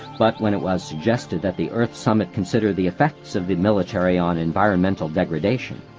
but when it was suggested that the earth summit consider the effects of the military on environmental degradation,